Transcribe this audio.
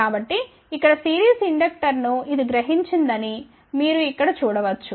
కాబట్టి ఇక్కడ సిరీస్ ఇండక్టర్ను ఇది గ్రహించిందని మీరు ఇక్కడ చూడ వచ్చు